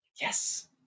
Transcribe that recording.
Yes